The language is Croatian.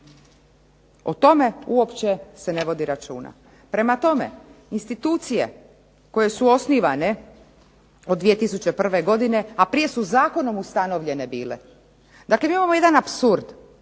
o tome uopće se ne vodi računa. Prema tome institucije koje su osnivane od 2001. godine, a prije su zakonom ustanovljene bile, dakle mi imamo jedan apsurd